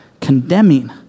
condemning